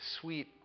Sweet